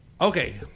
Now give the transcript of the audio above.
okay